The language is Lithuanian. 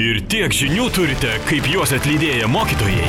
ir tiek žinių turite kaip juos atlydėję mokytojai